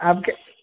आप के